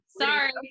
sorry